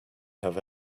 have